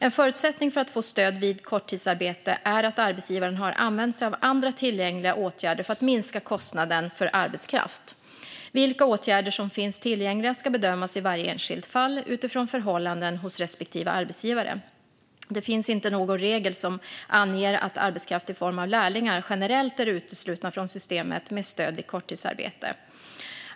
En förutsättning för att få stöd vid korttidsarbete är att arbetsgivaren har använt sig av andra tillgängliga åtgärder för att minska kostnaden för arbetskraft. Vilka åtgärder som finns tillgängliga ska bedömas i varje enskilt fall, utifrån förhållanden hos respektive arbetsgivare. Det finns inte någon regel som anger att arbetskraft i form av lärlingar generellt är utesluten från systemet med stöd vid korttidsarbete.